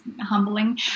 humbling